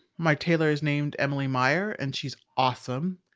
my tailor is named emily myer and she's awesome.